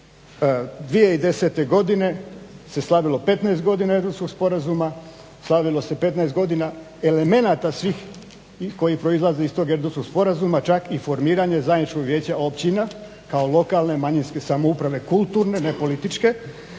2010. godine se slavilo 15 godina Erdutskog sporazuma, slavilo se 15 godina elemenata svih koji proizlaze iz tog Erdutskog sporazuma, čak i formiranje zajedničkog vijeća općina kao lokalne manjinske samouprave, kulturne, ne političke.